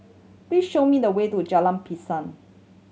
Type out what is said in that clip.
please show me the way to Jalan Pisang